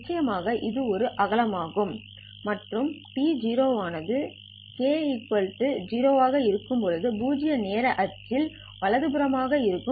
நிச்சயமாக இது ஒரு அகலம் δt ஆகும் மற்றும் t0 ஆனது k0 ஆக இருக்கும் போது பூஜ்ஜிய நேர அச்சு இல் வலதுபுறமாக இருக்கும்